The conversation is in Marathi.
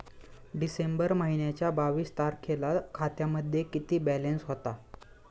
डिसेंबर महिन्याच्या बावीस तारखेला खात्यामध्ये किती बॅलन्स होता?